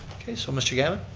okay, so mr. gammon?